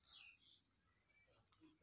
किछु कंद हानिकारक होइ छै, ते किछु खायल जाइ छै